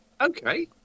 Okay